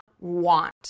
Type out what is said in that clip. want